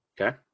Okay